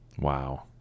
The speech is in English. Wow